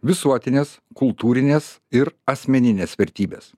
visuotinės kultūrinės ir asmeninės vertybės